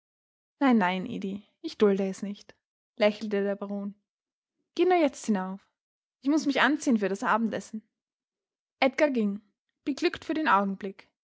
nein nein edi ich dulde es nicht lächelte der baron geh nur jetzt hinauf ich muß mich anziehen für das abendessen edgar ging beglückt für den augenblick